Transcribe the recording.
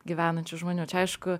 gyvenančių žmonių čia aišku